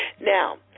Now